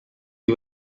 who